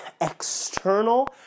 external